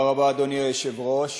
תודה רבה, אדוני היושב-ראש.